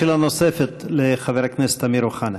שאלה נוספת לחבר הכנסת אמיר אוחנה.